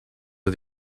are